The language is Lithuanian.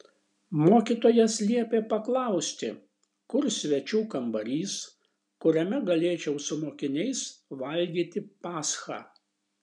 mokytojas liepė paklausti kur svečių kambarys kuriame galėčiau su mokiniais valgyti paschą